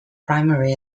primary